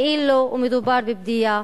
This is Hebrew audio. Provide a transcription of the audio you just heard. כאילו מדובר בבדיה.